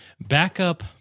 backup